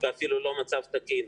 ואפילו לא מצב תקין,